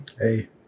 Hey